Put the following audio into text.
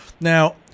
Now